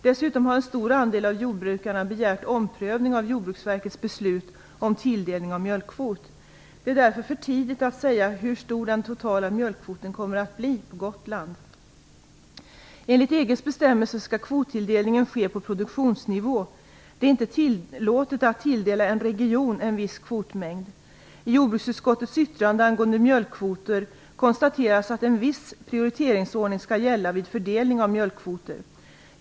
Dessutom har en stor andel av jordbrukarna begärt omprövning av Jordbruksverkets beslut om tilldelning av mjölkkvot. Det är därför för tidigt att säga hur stor den totala mjölkkvoten kommer att bli på Gotland. Enligt EG:s bestämmelser skall kvottilldelningen ske på produktionsnivå. Det är inte tillåtet att tilldela en region en viss kvotmängd. I jordbruksutskottets yttrande angående mjölkkvoter konstateras att en viss prioriteringsordning skall gälla vid fördelningen av mjölkkvoter.